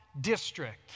district